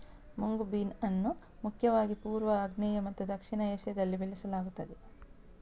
mung bean ಅನ್ನು ಮುಖ್ಯವಾಗಿ ಪೂರ್ವ, ಆಗ್ನೇಯ ಮತ್ತು ದಕ್ಷಿಣ ಏಷ್ಯಾದಲ್ಲಿ ಬೆಳೆಸಲಾಗುತ್ತದೆ